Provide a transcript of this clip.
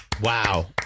Wow